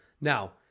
Now